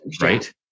right